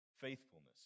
faithfulness